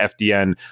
FDN